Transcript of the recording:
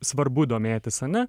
svarbu domėtis ane